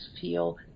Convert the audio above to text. feel